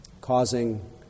causing